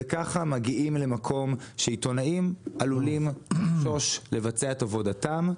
וככה מגיעים למקום שעיתונאים עלולים לחשוש לבצע את עבודתם.